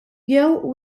jew